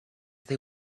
they